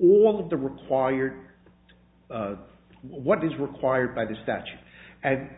all of the required what is required by the statute and